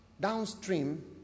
downstream